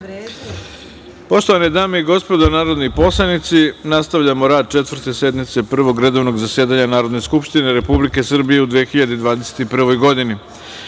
Poštovane dame i gospodo narodni poslanici, nastavljamo rad Četvrte sednice Prvog redovnog zasedanja Narodne skupštine Republike Srbije u 2021. godini. Na